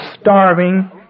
starving